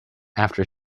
after